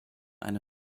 eine